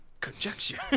Conjecture